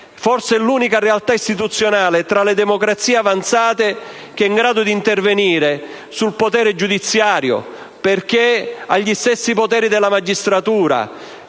forse è l'unica realtà istituzionale, tra le democrazie avanzate, che è in grado di intervenire sul potere giudiziario, perché ha gli stessi poteri della magistratura;